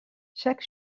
chaque